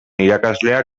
irakaslea